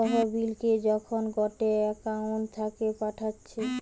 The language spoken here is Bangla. তহবিলকে যখন গটে একউন্ট থাকে পাঠাচ্ছে